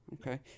Okay